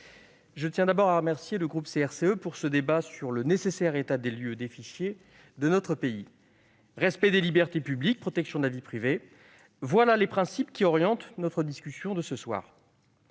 je tiens d'abord à remercier le groupe CRCE pour ce débat sur le nécessaire état des lieux des fichiers de notre pays. Respect des libertés publiques, protection de la vie privée, voilà les principes qui orientent notre discussion de ce soir.